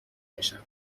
میشم